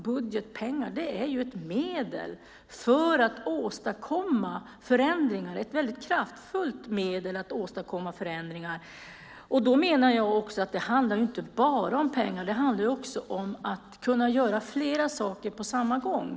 Budgetpengar är ett väldigt kraftfullt medel för att åstadkomma förändringar. Men jag menar att det inte bara handlar om pengar, utan det handlar också om att kunna göra flera saker på samma gång.